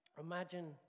imagine